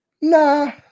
nah